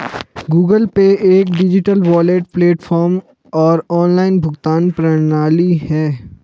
Google Pay एक digital wallet platform और online भुगतान प्रणाली है